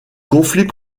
conflit